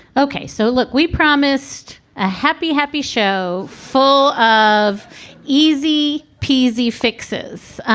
ok, so look, we promised a happy, happy show full of easy peasy fixes.